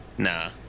Nah